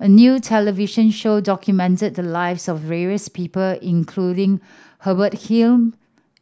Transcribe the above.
a new television show documented the lives of various people including Hubert Hill